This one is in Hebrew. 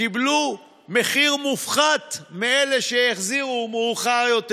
קיבלו מחיר מופחת מאלה שהחזירו מאוחר יותר.